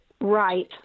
right